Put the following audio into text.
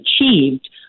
achieved